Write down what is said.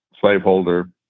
slaveholder